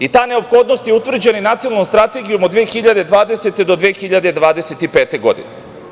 I ta neophodnost je utvrđena Nacionalnom strategijom od 2020. do 2025. godine.